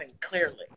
clearly